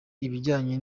ibijyanye